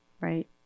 right